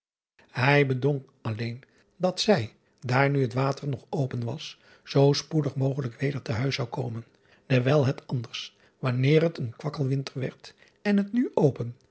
ij bedong alleen dat zij daar nu het water nog open was zoo spoedig mogelijk weder te huis zou komen dewijl het anders wanneer het een kwakkelwinter werd en het nu open